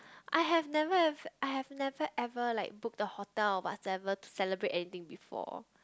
I have never ever I have never ever like booked a hotel or whatever to celebrate anything before